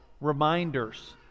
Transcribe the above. reminders